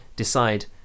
decide